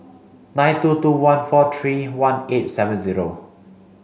nine two two one four three one eight seven zero